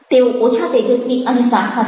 તેઓ ઓછા તેજસ્વી અને ઝાંખા છે